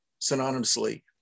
synonymously